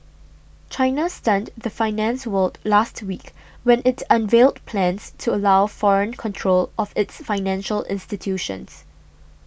China stunned the finance world last week when it unveiled plans to allow foreign control of its financial institutions